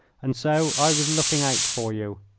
and so i was looking out for you.